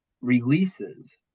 releases